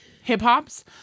hip-hops